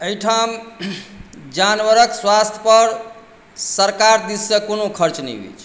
एहिठाम जानवरक स्वास्थ्य पर सरकार दिशसँ कोनो खर्च नहि होइत छै